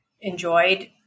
enjoyed